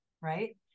right